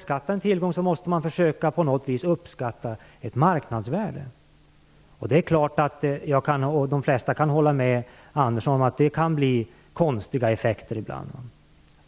Skall en tillgång beskattas måste man på något vis försöka uppskatta marknadsvärdet. Det är klart att flertalet kan hålla med Sten Andersson om att det kan bli konstiga effekter ibland.